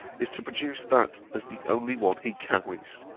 is to produce that as the only one he carries.